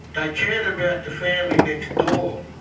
they cared about the family next door.